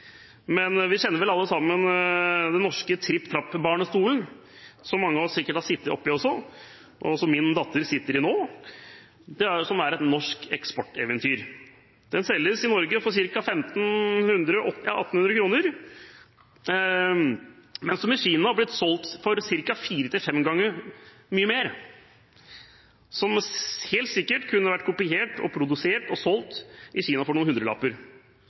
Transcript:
men vi kjenner vel alle sammen den norske Tripp Trapp-barnestolen, som mange av oss sikkert har sittet oppi også, og som min datter sitter i nå. Det er et norsk eksporteventyr. Den selges i Norge for ca. 1 500–1 800 kr, mens den i Kina har blitt solgt for fire til fem ganger så mye, selv om den helt sikkert kunne vært kopiert, produsert og solgt i Kina for noen hundrelapper.